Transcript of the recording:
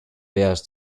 bears